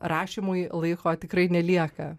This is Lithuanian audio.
rašymui laiko tikrai nelieka